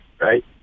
right